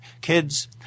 kids